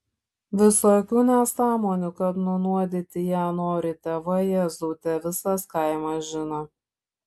visokių nesąmonių kad nunuodyti ją norite vajezau te visas kaimas žino